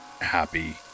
happy